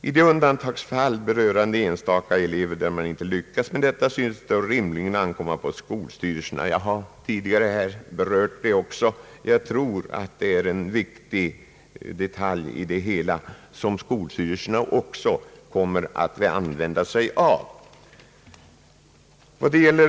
I de undantagsfall, berörande enstaka elever där man inte lyckas med detta, synes det rimligen böra ankomma på skolstyrelserna att göra jämkningar. Jag har tidigare berört också detta. Jag tror att det är en viktig detalj i det hela och att skolstyrelserna kommer att utnyttja denna möjlighet.